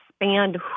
expand